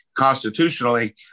Constitutionally